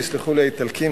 ויסלחו לי האיטלקים,